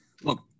look